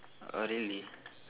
oh really